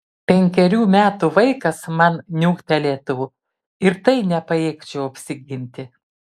penkerių metų vaikas man niuktelėtų ir tai nepajėgčiau apsiginti